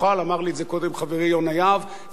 אמר לי את זה קודם חברי יונה יהב: צריך